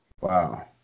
Wow